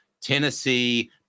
Tennessee